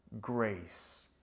grace